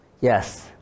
yes